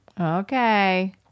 Okay